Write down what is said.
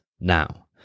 Now